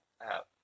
app